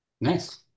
Nice